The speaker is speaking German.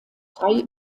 frei